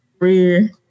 career